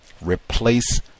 replace